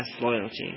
loyalty